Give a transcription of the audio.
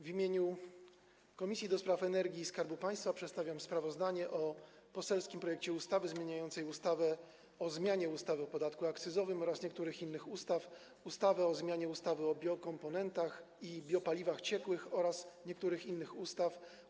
W imieniu Komisji do Spraw Energii i Skarbu Państwa przedstawiam sprawozdanie o poselskim projekcie ustawy zmieniającej ustawę o zmianie ustawy o podatku akcyzowym oraz niektórych innych ustaw, ustawę o zmianie ustawy o biokomponentach i biopaliwach ciekłych oraz niektórych innych ustaw,